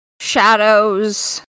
shadows